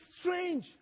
strange